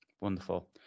Wonderful